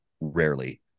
rarely